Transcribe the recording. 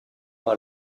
par